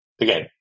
again